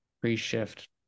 pre-shift